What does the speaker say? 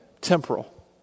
temporal